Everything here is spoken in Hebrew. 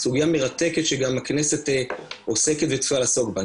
סוגיה מרתקת שגם הכנסת עוסקת וצפויה לעסוק בה.